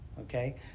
Okay